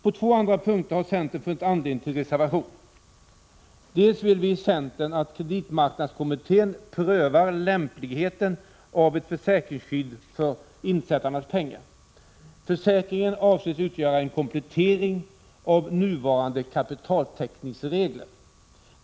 På två andra punkter har centern funnit anledning till reservation: Dels vill vi i centern att kreditmarknadskommittén prövar lämpligheten av ett försäkringsskydd för insättarnas pengar. Försäkringen avses utgöra en komplettering av nuvarande kapitaltäckningsregler.